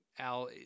Al